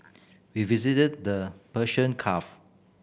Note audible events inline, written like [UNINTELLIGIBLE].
we visited the Persian [UNINTELLIGIBLE]